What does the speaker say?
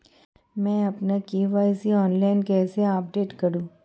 मैं अपना KYC online कैसे अपडेट करूँ?